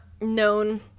known